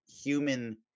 human